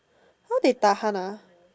how they Tahan ah